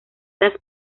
las